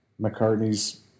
McCartney's